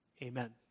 Amen